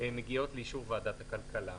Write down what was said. מגיעות לאישור ועדת הכלכלה.